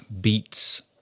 beats